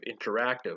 Interactive